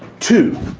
two,